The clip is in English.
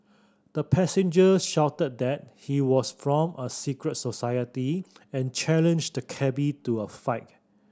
the passenger shouted that he was from a secret society and challenged the cabby to a fight